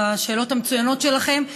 על השאלות המצוינות שלכם.